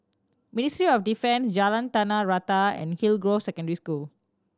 Ministry of Defence Jalan Tanah Rata and Hillgrove Secondary School